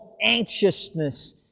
anxiousness